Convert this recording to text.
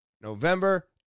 November